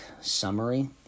summary